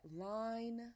line